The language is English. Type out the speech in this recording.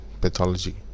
pathology